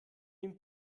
den